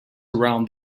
around